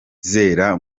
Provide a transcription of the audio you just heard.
zera